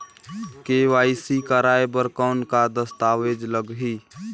KYC कराय बर कौन का दस्तावेज लगही?